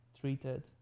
treated